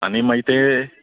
आनी मागीर तें